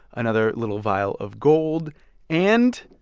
another little vial of gold and.